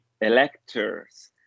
electors